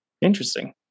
interesting